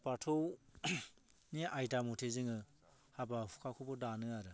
बाथौ नि आयदा मथै जोङो हाबा हुखाखौबो दानो आरो